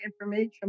information